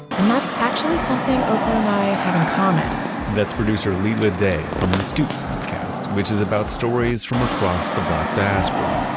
and that's actually something oprah and i have in common that's producer leila day from the stoop podcast, which is about stories from across the black diaspora.